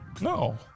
No